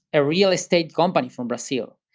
a real estate company from brazil,